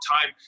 time